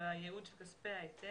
על הייעוד של כספי ההיטל.